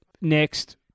Next